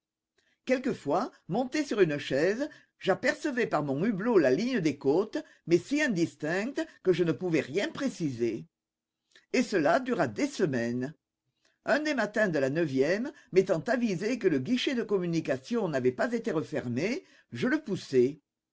quelquefois monté sur une chaise j'apercevais par mon hublot la ligne des côtes mais si indistincte que je ne pouvais rien préciser et cela dura des semaines un des matins de la neuvième m'étant avisé que le guichet de communication n'avait pas été refermé je le poussai